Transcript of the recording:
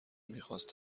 میخواست